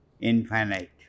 infinite